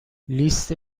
لیست